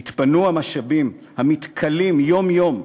יתפנו המשאבים המתכלים יום-יום,